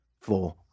four